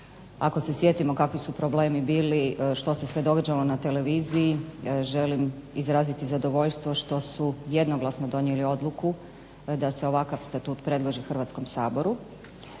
ako se sjetimo kakvi su problemi bili, što se sve događalo na televiziji, želim izraziti zadovoljstvo što su jednoglasno donijeli odluku da se ovakav statut predloži Hrvatskom saboru.